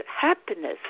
happiness